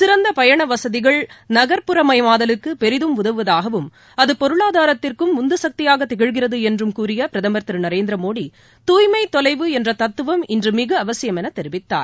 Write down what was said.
சிறந்த பயண வசதிகள் நகர்ப்புறமயமாதலுக்கு பெரிதும் உதவுவதாகவும் அது பொருளாதாரத்திற்கும் உந்துசக்தியாக திகழ்கிறது என்றும் கூறிய பிரதமர் திரு நரேந்திர மோடி தூய்மை தொலைவு என்ற தத்துவம் இன்று மிக அவசியம் என தெரிவித்தார்